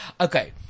Okay